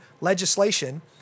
legislation